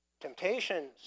Temptations